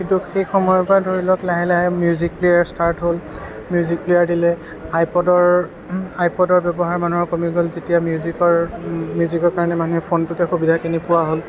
সেই সময়ৰ পৰা ধৰি লওঁক লাহে লাহে মিউজিক প্লেয়াৰ স্টাৰ্ট হ'ল মিউজিক প্লেয়াৰ দিলে আইপদৰ আইপদৰ ব্যৱহাৰ মানুহৰ কমি গ'ল যেতিয়া মিউজিকৰ মিউজিকৰ কাৰণে মানুহে ফোনটোতে সুবিধাখিনি পোৱা হ'ল